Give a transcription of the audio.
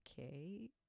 okay